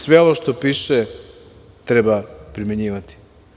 Sve ovo što piše treba primenjivati.